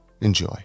enjoy